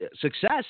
success